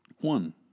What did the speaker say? One